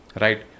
Right